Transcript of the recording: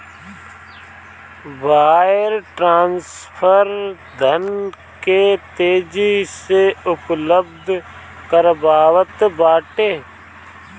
wire transfer धन के तेजी से उपलब्ध करावत बाटे